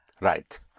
Right